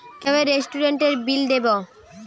কিভাবে রেস্টুরেন্টের বিল দেবো?